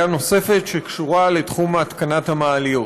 נוספת שקשורה לתחום של התקנת מעליות.